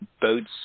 boats